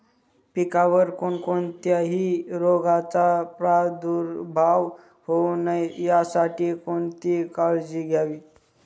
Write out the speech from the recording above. पिकावर कोणत्याही रोगाचा प्रादुर्भाव होऊ नये यासाठी कोणती काळजी घ्यावी?